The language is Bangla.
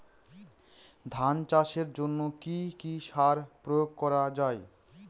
ধান চাষের জন্য কি কি সার প্রয়োগ করা য়ায়?